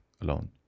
alone